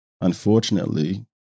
Unfortunately